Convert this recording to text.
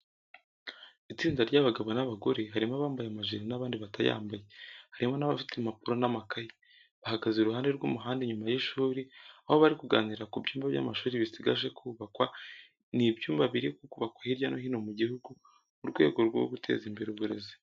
Itsinda ry'abagabo n'abagore, harimo abambaye amajire n'abandi batayambaye, harimo n'abafite impapuro n'amakayi. Bahagaze iruhande rw'umuhanda inyuma y'ishuri, aho bari kuganira ku byumba by'amashuri bisigaje kubakwa. Ni ibyumba biri kubakwa hirya no hino mu gihugu, mu rwego rwo guteza imbere uburezi.